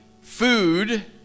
food